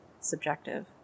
subjective